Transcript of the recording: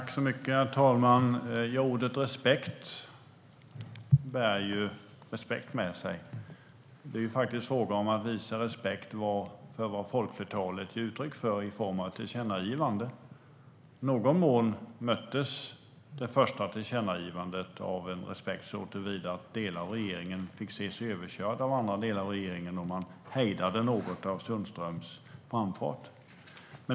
Herr talman! Ordet "respekt" bär ju respekt med sig. Det är faktiskt fråga om att visa respekt för vad folkflertalet ger uttryck för i form av ett tillkännagivande. Det första tillkännagivandet möttes i någon mån av respekt såtillvida att delar av regeringen fick se sig överkörda av andra delar av regeringen när man hejdade Sundströms framfart något.